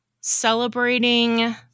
celebrating